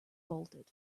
bolted